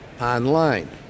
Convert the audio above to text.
online